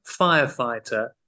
firefighter